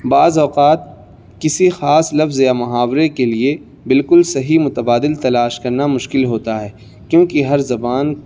بعض اوقات کسی خاص لفظ یا محاورے کے لیے بالکل صحیح متبادل تلاش کرنا مشکل ہوتا ہے کیونکہ ہر زبان